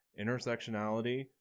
intersectionality